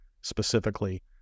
specifically